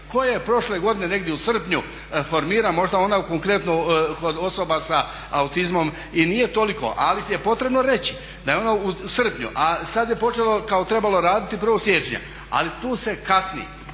koje je prošle godine negdje u srpnju formirano. Možda ono konkretno kod osoba s autizmom i nije toliko ali je potrebno reći da je ono u srpnju, a sada je trebalo početi raditi 1.siječnja, ali tu se kasni.